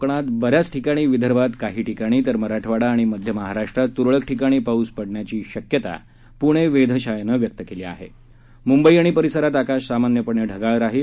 राज्यात उद्या कोकणात बऱ्याच ठिकाणी विदर्भात काही ठिकाणी तर मराठवाडा आणि मध्य महाराष्ट्रात तुरळक ठिकाणी पाऊस पडण्याची शक्यता पूणे वेधशाळेने व्यक्त केली आहे मुंबई आणि परिसरात आकाश सामान्यपणे ढगाळ राहिल